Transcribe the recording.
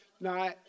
No